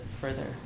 further